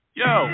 yo